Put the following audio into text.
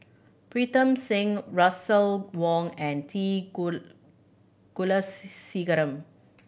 Pritam Singh Russel Wong and T